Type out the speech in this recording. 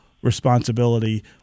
Responsibility